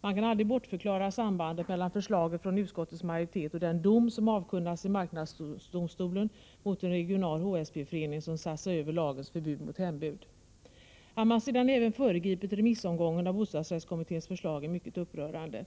Man kan aldrig bortförklara sambandet mellan förslaget från utskottets majoritet och den dom som avkunnats i marknadsdomstolen mot en regional HSB-förening som satt sig över lagens förbud mot hembud. Att man sedan även föregriper remissomgången av bostadsrättskommitténs förslag är mycket upprörande.